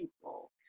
people